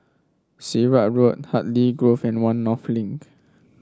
Sirat Road Hartley Grove and One North Link